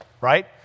right